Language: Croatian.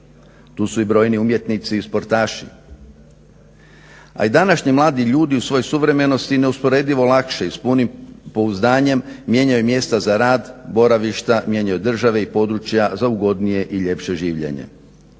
Tu su i brojni umjetnici i sportaši, a i današnji mladi ljudi u svojoj suvremenosti neusporedivo lakše i s punim pouzdanjem mijenjaju mjesta za rad, boravišta, mijenjaju države i područja za ugodnije i ljepše življenje.